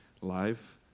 life